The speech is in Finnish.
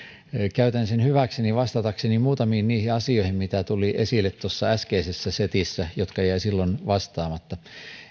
käytän sen hyväkseni vastatakseni muutamiin niihin asioihin joita tuli esille tuossa äskeisessä setissä ja jotka jäivät silloin vastaamatta